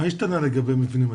מה השתנה לגבי מבנים?